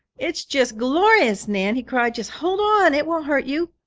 it's just glorious, nan! he cried. just hold on, it won't hurt you.